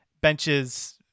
benches